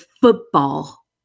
Football